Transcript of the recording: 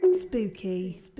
spooky